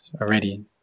already